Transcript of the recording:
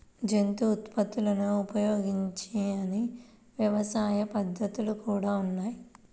జంతు ఉత్పత్తులను ఉపయోగించని వ్యవసాయ పద్ధతులు కూడా ఉన్నాయి